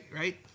right